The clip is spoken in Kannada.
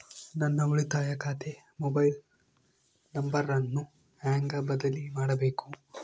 ನನ್ನ ಉಳಿತಾಯ ಖಾತೆ ಮೊಬೈಲ್ ನಂಬರನ್ನು ಹೆಂಗ ಬದಲಿ ಮಾಡಬೇಕು?